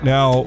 Now